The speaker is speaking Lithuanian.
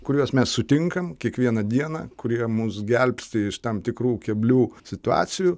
kuriuos mes sutinkam kiekvieną dieną kurie mus gelbsti iš tam tikrų keblių situacijų